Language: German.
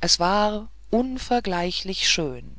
es war unvergleichlich schön